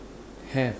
have